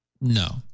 No